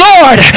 Lord